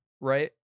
Right